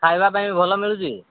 ଖାଇବା ପାଇଁ ବି ଭଲ ମିଳୁଛି